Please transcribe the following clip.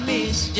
Miss